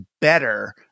better